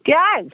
کیٛازِ